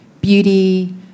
beauty